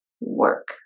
work